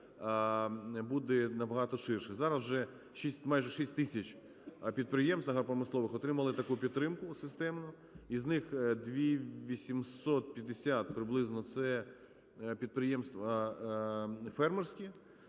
буде набагато ширше. Зараз вже майже 6 тисяч підприємств агропромислових отримали таку підтримку системну. Із них 2 850, приблизно, це підприємства фермерські.